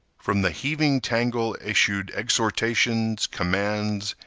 from the heaving tangle issued exhortations, commands,